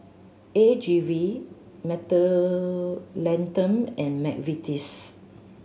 A G V Mentholatum and McVitie's